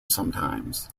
sometimes